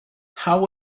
how